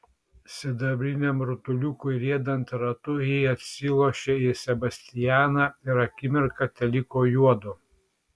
sidabriniam rutuliukui riedant ratu ji atsilošė į sebastianą ir akimirką teliko juodu